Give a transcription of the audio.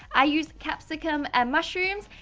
i use capsicum and mushrooms.